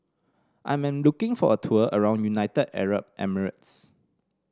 I am looking for a tour around United Arab Emirates